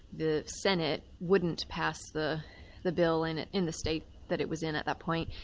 the senate wouldn't pass the the bill in in the state that it was in at that point.